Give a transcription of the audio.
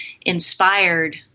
inspired